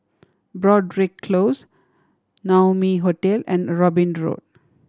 Broadrick Close Naumi Hotel and Robin Road